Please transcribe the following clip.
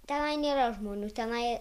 tenai nėra žmonių tenai